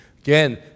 Again